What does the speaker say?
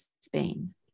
Spain